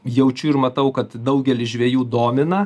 jaučiu ir matau kad daugelį žvejų domina